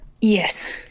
Yes